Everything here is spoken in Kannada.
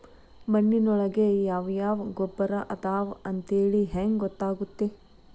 ಮಣ್ಣಿನೊಳಗೆ ಯಾವ ಯಾವ ಗೊಬ್ಬರ ಅದಾವ ಅಂತೇಳಿ ಹೆಂಗ್ ಗೊತ್ತಾಗುತ್ತೆ?